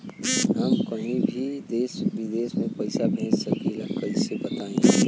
हम कहीं भी देश विदेश में पैसा भेज सकीला कईसे बताई?